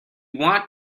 want